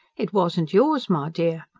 it wasn't yours, my dear!